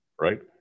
Right